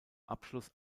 abschluss